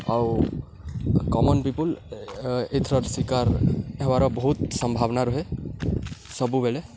ଆଉ common people ଏଇଥରର ଶିକାର ହେବାର ବହୁତ ସମ୍ଭାବନା ରୁହେ ସବୁବେଳେ